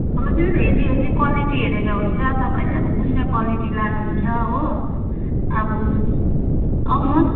हजुर हेरी हेरी क्वालिटी हेरेर हुन्छ तपाईँहरूलाई अब कुन चाहिँ क्वालिटी लानु हुन्छ हो अब आउनुहोस्